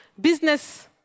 business